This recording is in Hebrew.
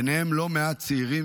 וביניהם לא מעט צעירים,